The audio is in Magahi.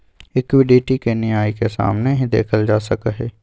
इक्विटी के न्याय के सामने ही देखल जा सका हई